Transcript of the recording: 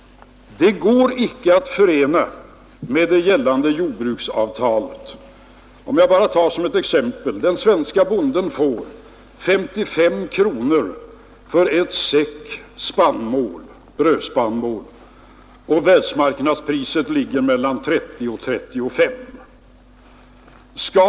Detta går icke att förena med det gällande jordbruksavtalet. Jag kan ta ett exempel. Den svenska bonden får 55 kronor för en säck brödspannmål, och världsmarknadspriset ligger mellan 30 och 35 kronor.